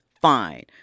fine